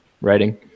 writing